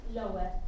lower